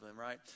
Right